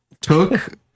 took